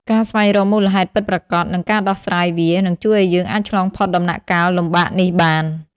ការស្វែងរកមូលហេតុពិតប្រាកដ និងការដោះស្រាយវា នឹងជួយឲ្យយើងអាចឆ្លងផុតដំណាក់កាលលំបាកនេះបាន។